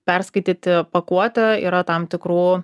perskaityti pakuotę yra tam tikrų